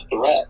threat